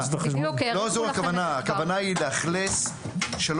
הכוונה היא לאכלס 3